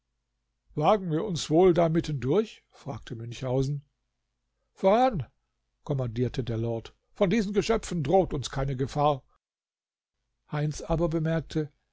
wagen wir uns wohl da mitten durch fragte münchhausen voran kommandierte der lord von diesen geschöpfen droht uns keine gefahr heinz aber bemerkte